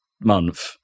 Month